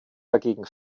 dagegen